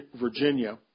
Virginia